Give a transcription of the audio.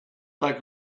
like